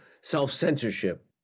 self-censorship